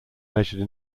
measured